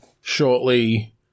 shortly